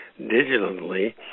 digitally